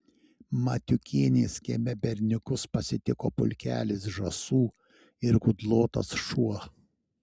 matiukienės kieme berniukus pasitiko pulkelis žąsų ir kudlotas šuo